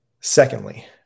Secondly